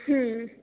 हूँ